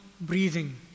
breathing